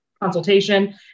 consultation